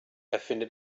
erfinde